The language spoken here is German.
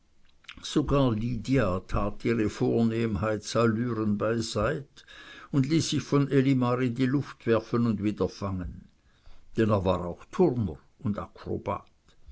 sogar lydia tat ihre vornehmheitsallüren beiseit und ließ sich von elimar in die luft werfen und wieder fangen denn er war auch turner und